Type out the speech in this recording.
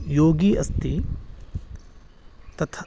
योगी अस्ति तथा